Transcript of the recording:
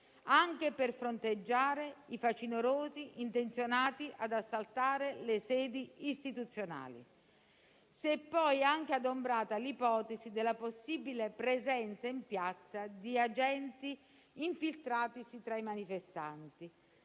anche per fronteggiare i facinorosi intenzionati ad assaltare le sedi istituzionali. Si è poi anche adombrata l'ipotesi della possibile presenza in piazza di agenti infiltratisi tra i manifestanti.